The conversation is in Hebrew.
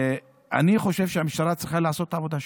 אני חושב שהמשטרה צריכה לעשות את העבודה שלה.